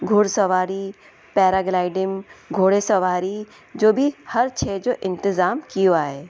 घुड़सवारी पैराग्लाइडिंग घोड़ेसवारी जो बि हर शइ जो इंतिज़ाम कयो आहे